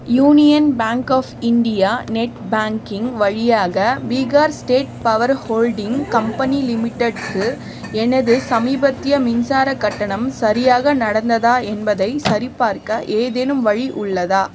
union bank of India net banking வழியாக Bihar state power holding company லிமிடெட்க்கு எனது சமீபத்திய மின்சாரக் கட்டணம் சரியாக நடந்ததா என்பதைச் சரிபார்க்க ஏதேனும் வழி உள்ளதா